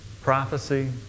prophecy